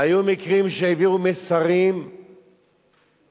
היו מקרים שהעבירו מסרים מאוד